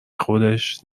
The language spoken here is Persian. خودش